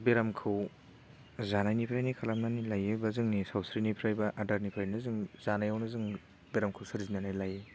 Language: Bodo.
बेरामखौ जानायनिफ्रायनो खालामनानै लायो एबा जोंनि सावस्रिनिफ्राय बा आदारनिफ्रायनो जों जानायावनो जों बेरामखौ सोरजिनानै लायो